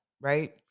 right